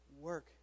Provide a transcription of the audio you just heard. Work